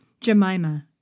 Jemima